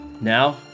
Now